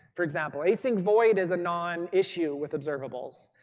for example. async void is a non-issue with observables.